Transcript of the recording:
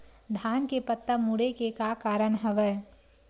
धान के पत्ता मुड़े के का कारण हवय?